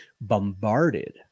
bombarded